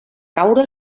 caure